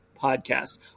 podcast